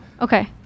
Okay